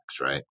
right